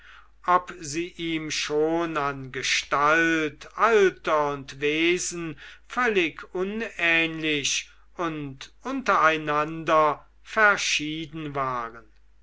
ob sie ihm schon an gestalt alter und wesen völlig unähnlich und untereinander verschieden waren